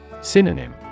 Synonym